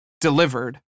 delivered